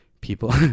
People